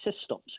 systems